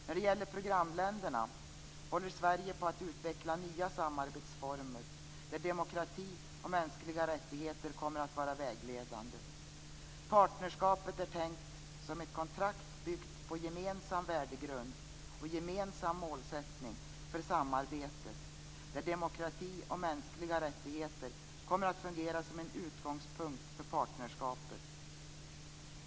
När det gäller programländerna håller Sverige på att utveckla nya samarbetsformer där demokrati och mänskliga rättigheter kommer att vara vägledande. Partnerskapet är tänkt som ett kontrakt byggt på gemensam värdegrund och gemensam målsättning för samarbetet där demokrati och mänskliga rättigheter kommer att fungera som en utgångspunkt för partnerskapet.